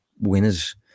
winners